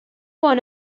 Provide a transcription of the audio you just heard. won